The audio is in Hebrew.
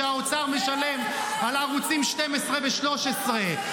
שהאוצר משלם על ערוצים 12 ו-13.